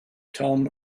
tom